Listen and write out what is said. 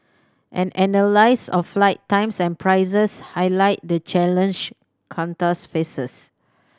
an analysis of flight times and prices highlight the challenge Qantas faces